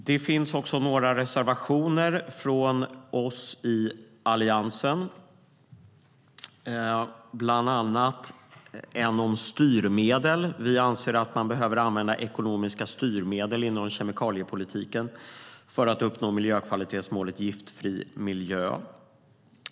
Det finns också några reservationer från oss i Alliansen, bland annat en om styrmedel. Vi anser att man behöver använda ekonomiska styrmedel inom kemikaliepolitiken för att uppnå miljökvalitetsmålet Giftfri miljö.